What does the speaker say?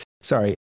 sorry